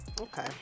Okay